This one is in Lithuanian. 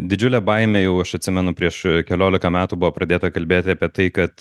didžiulę baimę jau aš atsimenu prieš keliolika metų buvo pradėta kalbėti apie tai kad